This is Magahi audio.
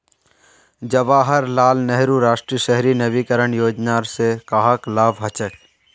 जवाहर लाल नेहरूर राष्ट्रीय शहरी नवीकरण योजनार स कहाक लाभ हछेक